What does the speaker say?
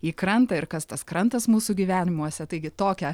į krantą ir kas tas krantas mūsų gyvenimuose taigi tokia